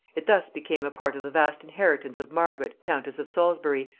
it thus became a part of the vast inheritance of margaret countess of salisbury,